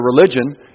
religion